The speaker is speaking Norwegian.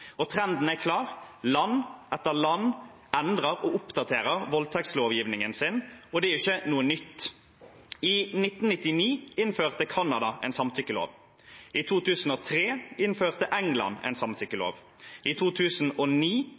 Trenden er klar: Land etter land endrer og oppdaterer voldtektslovgivningen sin, og det er ikke noe nytt. I 1999 innførte Canada en samtykkelov, i 2003 innførte England en samtykkelov, i 2009